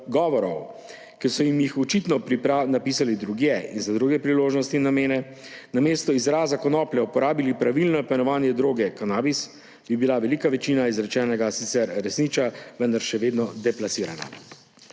ki so jim jih očitno napisali drugje in za druge priložnostni in namene, namesto izraza konoplja uporabili pravilno poimenovanje droge – kanabis, bi bila velika večina izrečenega sicer resnična, vendar še vedno deplasirana.